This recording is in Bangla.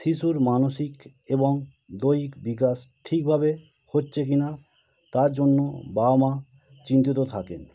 শিশুর মানসিক এবং দৈহিক বিকাশ ঠিকভাবে হচ্ছে কি না তার জন্য বাবা মা চিন্তিত থাকেন